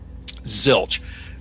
Zilch